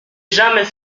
jamais